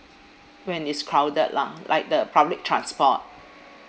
when it's crowded lah like the public transport